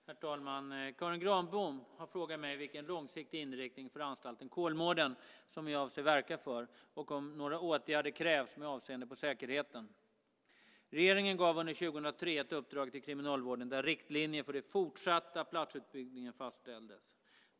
Herr talman! Karin Granbom har frågat mig vilken långsiktig inriktning för anstalten Kolmården som jag avser att verka för och om några åtgärder krävs med avseende på säkerheten. Regeringen gav under 2003 ett uppdrag till Kriminalvården där riktlinjer för den fortsatta platsutbyggnaden fastställdes.